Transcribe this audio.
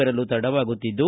ಬರಲು ತಡವಾಗುತ್ತಿದ್ದು